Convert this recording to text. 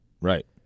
Right